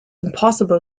impossible